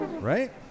Right